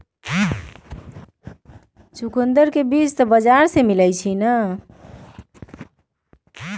चुकंदर ला बीज कहाँ से मिल सका हई?